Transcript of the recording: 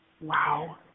Wow